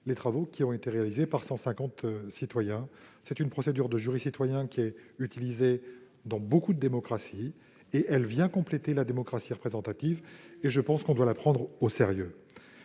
les travaux qui ont été réalisés par 150 citoyens. C'est une procédure de jury citoyen qui est utilisée dans beaucoup de démocraties et qui vient compléter la démocratie représentative. À ce titre, il faut la prendre au sérieux.